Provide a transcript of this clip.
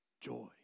joy